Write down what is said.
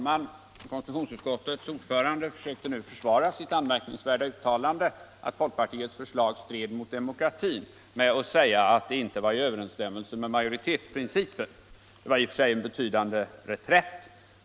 Herr talman! Konstitutionsutskottets ordförande försökte nu försvara sitt anmärkningsvärda uttalande att folkpartiets förslag strider mot demokratin med att säga, att förslaget inte är i överensstämmelse med majoritetsprincipen. Det var i och för sig en betydande reträtt.